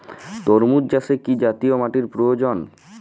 তরমুজ চাষে কি জাতীয় মাটির প্রয়োজন?